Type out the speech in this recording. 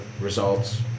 results